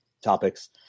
topics